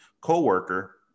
co-worker